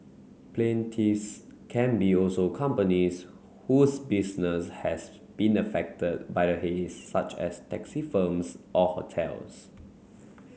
plaintiffs can be also companies whose business has been affected by the haze such as taxi firms or hotels